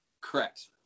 Correct